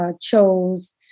chose